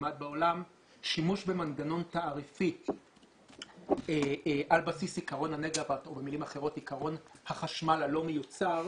שנלמד בעולם ששימוש במנגנון תעריפי על בסיס עיקרון החשמל הלא מיוצר,